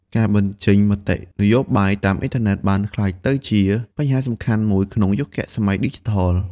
ការបញ្ចេញមតិនយោបាយតាមអ៊ីនធឺណិតបានក្លាយទៅជាបញ្ហាសំខាន់មួយក្នុងយុគសម័យឌីជីថល។